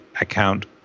account